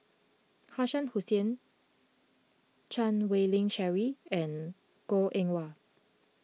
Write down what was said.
Shah Hussain Chan Wei Ling Cheryl and Goh Eng Wah